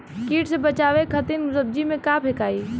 कीट से बचावे खातिन सब्जी में का फेकाई?